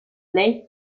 leigh